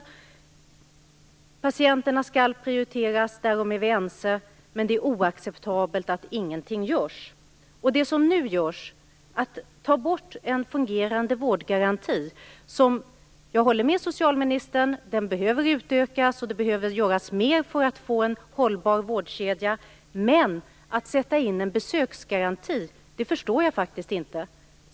Vi är ense om att patienterna skall prioriteras, men det är oacceptabelt att ingenting görs. Man tar nu bort en fungerande vårdgaranti. Jag håller med socialministern om att den behöver utökas och att det behöver göras mer för att få en hållbar vårdkedja, men att man sätter in en besöksgaranti förstår jag faktiskt inte.